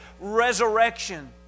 resurrection